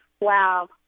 wow